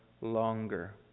longer